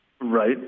Right